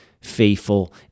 Faithful